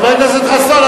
חבר הכנסת חסון.